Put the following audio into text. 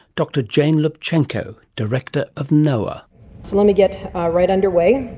dr jane lubchenco, director of noaa. so let me get ah right under way.